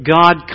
God